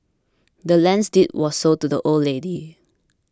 the land's deed was sold to the old lady